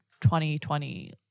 2020